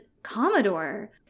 Commodore